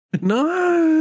No